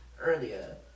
earlier